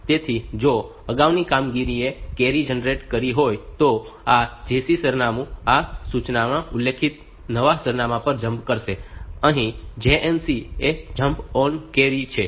તેથી જો અગાઉની કામગીરીએ કેરી જનરેટ કરી હોય તો આ JC સરનામું આ સૂચનામાં ઉલ્લેખિત નવા સરનામા પર જમ્પ કરશે અહીં JNC એ જમ્પ ઓન નો કેરી છે